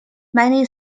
many